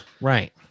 Right